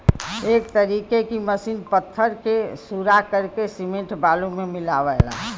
एक तरीके की मसीन पत्थर के सूरा करके सिमेंट बालू मे मिलावला